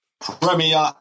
Premier